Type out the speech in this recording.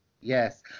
yes